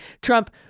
Trump